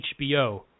HBO